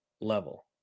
level